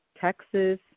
Texas